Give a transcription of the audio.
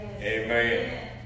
Amen